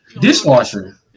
dishwasher